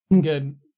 Good